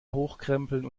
hochkrempeln